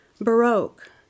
Baroque